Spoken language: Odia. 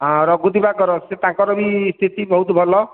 ହଁ ରଘୁ ଦିବାକର ସେ ତାଙ୍କର ବି ସ୍ଥିତି ବହୁତ ଭଲ